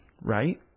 right